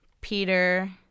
Peter